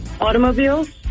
Automobiles